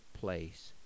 place